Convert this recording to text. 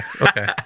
okay